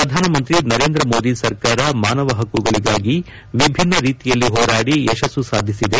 ಪ್ರಧಾನಮಂತ್ರಿ ನರೇಂದ್ರ ಮೋದಿ ಸರಕಾರ ಮಾನವ ಹಕ್ಕುಗಳಿಗಾಗಿ ವಿಭಿನ್ನ ರೀತಿಯಲ್ಲಿ ಹೋರಾಡಿ ಯಶಸ್ಸು ಸಾಧಿಸಿದೆ